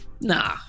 Nah